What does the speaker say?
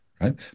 right